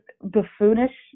buffoonish